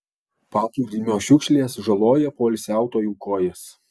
paplūdimio šiukšlės žaloja poilsiautojų kojas